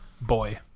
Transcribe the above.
boy